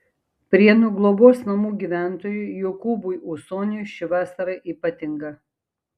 prienų globos namų gyventojui jokūbui ūsoniui ši vasara ypatinga